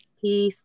Peace